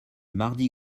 mardi